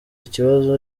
ikibazo